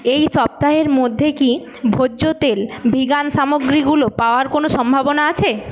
এই সপ্তাহের মধ্যে কি ভোজ্য তেল ভিগান সামগ্রী গুলো পাওয়ার কোনও সম্ভাবনা আছে